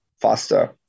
faster